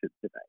today